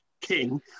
king